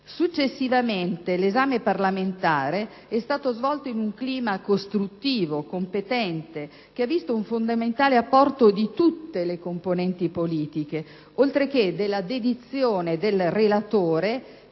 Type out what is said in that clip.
Successivamente, l'esame parlamentare è stata svolto in un clima costruttivo e competente che ha visto un fondamentale apporto di tutte le componenti politiche, oltre che della dedizione del relatore,